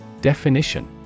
Definition